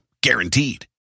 Guaranteed